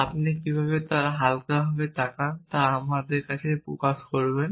আপনি কীভাবে তার হালকাভাবে তাকান তা আমাদের কাছে প্রকাশ করবেন